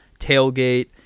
Tailgate